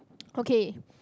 okay